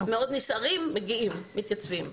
אנשים נסערים מאוד, מגיעים, מתייצבים.